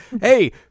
hey